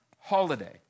holiday